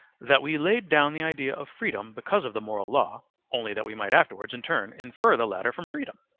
that we laid down the idea of freedom because of the moral law only that we might afterwards in turn infer the latter from freedom,